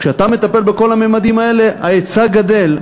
כשאתה מטפל בכל הממדים האלה ההיצע גדל,